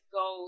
go